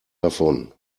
davon